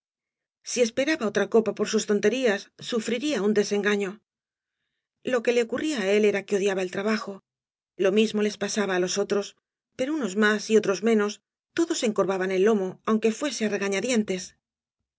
si esperaba otra copa por sus tonterías sufriría un desengaño lo que le ocurría á él era que odia ba el trabajo lo mismo les pasaba á loa otros pero unos más y otros meaos todos encorvaban el lomo aunque fuese á regañadientes